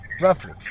roughly